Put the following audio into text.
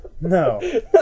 No